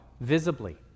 visibly